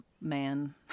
man